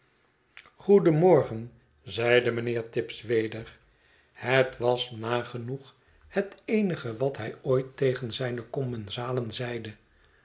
goeden morgen mijnheer zeide tibbs weder het was nagenoeg het eenige wat hij ooit tegen zijne commensalen zeide